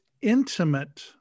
intimate